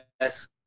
yes